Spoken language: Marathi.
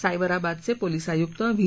सायबराबादचे पोलीस आयुक्त व्ही